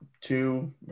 two